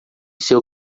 seu